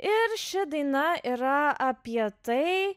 ir ši daina yra apie tai